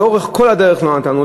לאורך כל הדרך לא נתנו,